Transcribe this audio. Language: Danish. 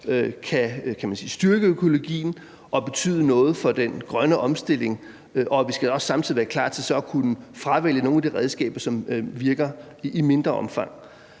kan styrke økologien og betyde noget for den grønne omstilling. Vi skal samtidig også være klar til at kunne fravælge nogle af de redskaber, som i mindre omfang